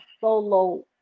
solo